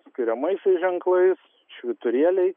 skiriamaisiais ženklais švyturėliai